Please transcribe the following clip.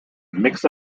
mix